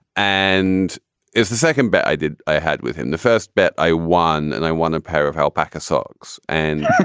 and it's the second bet i did. i had with him the first bet i won and i won a pair of alpaca socks and